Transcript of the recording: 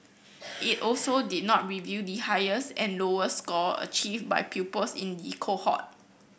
it also did not reveal the highest and lowest score achieved by pupils in the cohort